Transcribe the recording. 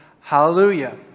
Hallelujah